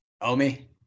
OMI